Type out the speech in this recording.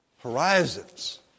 Horizons